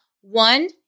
One